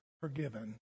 forgiven